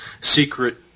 secret